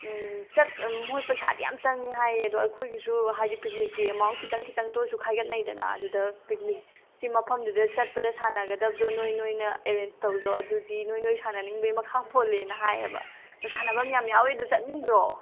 ꯃꯣꯏ ꯄꯩꯁꯥꯗꯤ ꯌꯥꯝ ꯆꯪꯉꯤ ꯍꯥꯏꯌꯦ ꯑꯗꯣ ꯑꯩꯈꯣꯏꯒꯤꯁꯨ ꯍꯥꯏꯗꯤ ꯄꯤꯛꯅꯤꯛꯀꯤ ꯑꯦꯃꯥꯎꯟ ꯈꯤꯇꯪ ꯈꯤꯇꯪꯇ ꯑꯣꯏꯁꯨ ꯈꯥꯏꯒꯠꯅꯩꯗꯅ ꯑꯗꯨꯗ ꯄꯤꯛꯅꯤꯛꯁꯤ ꯃꯐꯃꯗꯨꯗ ꯆꯠꯄꯗ ꯁꯥꯟꯅꯒꯗꯕꯗꯨ ꯅꯣꯏ ꯅꯣꯏꯅ ꯑꯦꯔꯦꯟꯖ ꯇꯧꯖꯧ ꯑꯗꯨꯗꯤ ꯅꯣꯏ ꯅꯣꯏ ꯁꯥꯟꯅꯅꯤꯡꯕꯒꯤ ꯃꯈꯥ ꯄꯣꯜꯂꯦꯅ ꯍꯥꯏꯌꯦꯕ ꯑꯗꯨ ꯁꯥꯟꯅꯐꯝ ꯌꯥꯝ ꯌꯥꯎꯏ ꯑꯗꯣ ꯆꯠꯅꯤꯡꯗ꯭ꯔꯣ